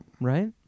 Right